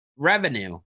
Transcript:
revenue